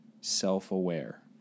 self-aware